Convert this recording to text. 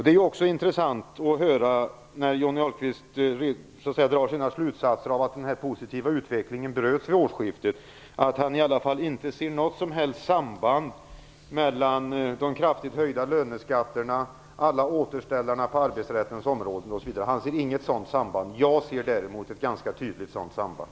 Det är också intressant att höra Johnny Ahlqvist dra slutsatserna av att den positiva utvecklingen bröts vid årsskiftet. Han ser inte något som helst samband mellan de kraftigt höjda löneskatterna och alla återställarna på arbetsrättens område. Jag ser däremot ett ganska tydligt samband.